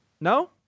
No